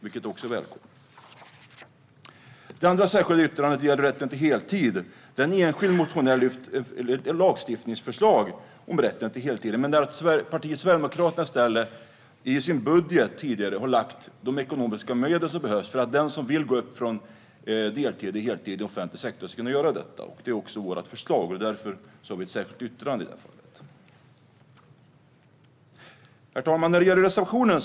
Det är välkommet. Det andra särskilda yttrandet gäller rätten till heltid, där en enskild motionär har lyft fram ett lagstiftningsförslag. Där har partiet Sverigedemokraterna i sin budget i stället lagt in de ekonomiska medel som behövs för att den som vill gå upp från deltid till heltid i offentlig sektor ska kunna göra det. Detta är också vårt förslag, och vi har därför ett särskilt yttrande i det fallet. Herr talman!